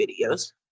videos